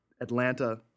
Atlanta